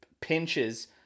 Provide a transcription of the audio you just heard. pinches